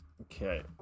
Okay